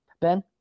ben